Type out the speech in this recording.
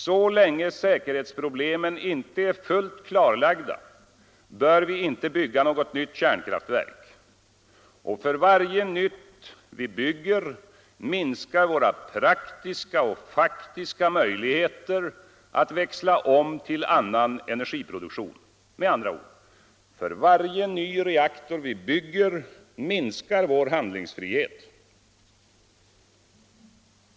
Så länge säkerhetsproblemen inte är fullt klarlagda bör vi inte bygga något nytt kärnkraftverk, och för varje nytt vi bygger minskar våra praktiska och faktiska möjligheter att växla om till annan energiproduktion. Med andra ord — för varje ny reaktor vi bygger minskar vår handlingsfrihet.